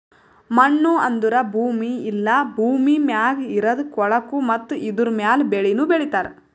ಮಣ್ಣು ಅಂದುರ್ ಭೂಮಿ ಇಲ್ಲಾ ಭೂಮಿ ಮ್ಯಾಗ್ ಇರದ್ ಕೊಳಕು ಮತ್ತ ಇದುರ ಮ್ಯಾಲ್ ಬೆಳಿನು ಬೆಳಿತಾರ್